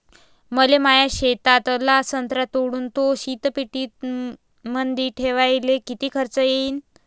मले माया शेतातला संत्रा तोडून तो शीतपेटीमंदी ठेवायले किती खर्च येईन?